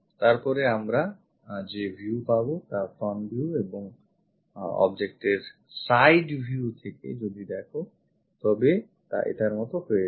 তারপরে আমরা যে view পাবো তা front view এবং object এর side view থেকে যদি দেখো তবে তা এটার মতো হয়ে যায়